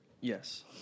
Yes